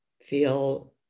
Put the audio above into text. feel